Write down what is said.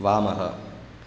वामः